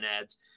ads –